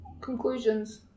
conclusions